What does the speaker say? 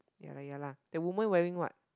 ya lah ya lah the woman wearing what